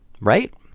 right